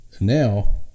now